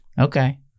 Okay